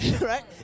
Right